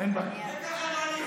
ככה זה.